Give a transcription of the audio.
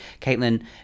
caitlin